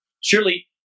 Surely